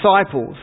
disciples